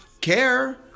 care